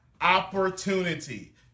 opportunity